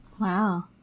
Wow